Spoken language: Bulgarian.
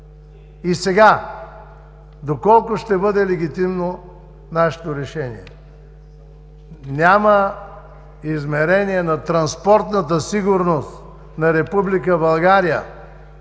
И сега, доколко ще бъде легитимно нашето решение? Няма измерение на транспортната сигурност на